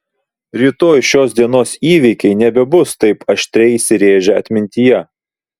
rytoj šios dienos įvykiai nebebus taip aštriai įsirėžę atmintyje